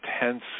intense